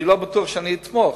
אני לא בטוח שאני אתמוך,